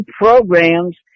programs